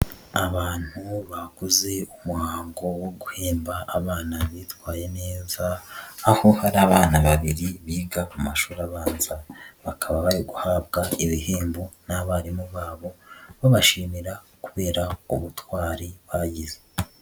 Abantu bakoze umuhango wo guhemba abana bitwaye neza, aho hari abana babiri biga mu mashuri abanza, bakaba bari guhabwa ibihembo n'abarimu babo, babashimira kubera ubutwari bagize.